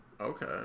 Okay